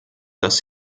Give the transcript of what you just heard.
dass